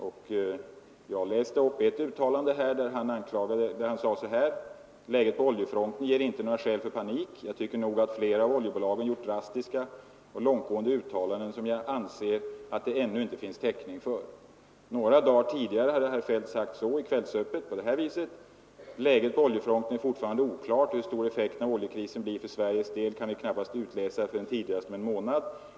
Och jag läste här för en stund sedan upp ett uttalande där han sade: ”Läget på oljefronten ger inte några skäl för panik. Jag tycker nog att flera av oljebolagen gjort drastiska och långtgående uttalanden som jag anser att det ännu inte finns täckning för.” Några dagar tidigare hade herr Feldt i Kvällsöppet sagt på det här viset: ”Läget på oljefronten är fortfarande oklart och hur stor effekten av oljekrisen blir för Sveriges del kan vi knappast utläsa förrän tidigast om en månad.